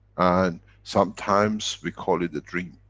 and sometimes we call it, a dream.